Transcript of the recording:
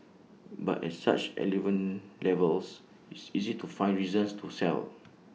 but as such elevated levels it's easy to find reasons to sell